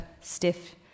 stiff